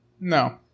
No